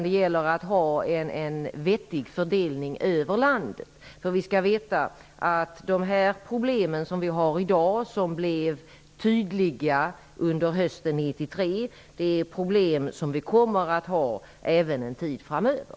Det gäller att ha en vettig fördelning över landet. Vi skall veta att de problem som vi har i dag, som blev tydliga under hösten 1993, är problem som vi även kommer att ha en tid framöver.